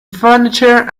furniture